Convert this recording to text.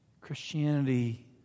Christianity